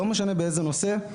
לא משנה באיזה נושא,